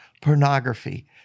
pornography